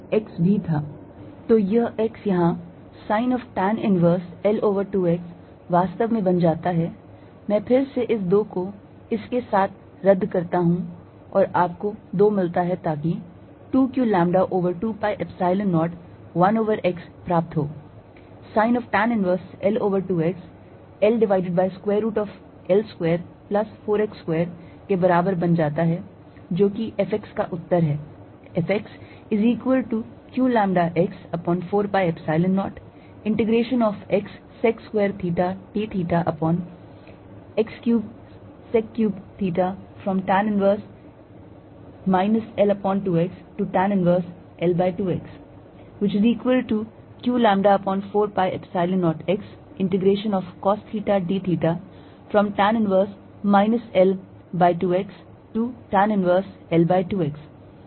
तो यह x यहाँ sin of tan inverse L over 2 x वास्तव में बन जाता है मैं फिर से इस 2 को इसके साथ रद्द करता हूं और आपको 2 मिलता है ताकि 2 q lambda over 2 pi Epsilon 0 1 over x प्राप्त हो sin of tan inverse L over 2 x L divided by square root of L square plus 4 x square के बराबर बन जाता है जो कि F x का उत्तर है